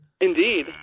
Indeed